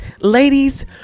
ladies